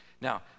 now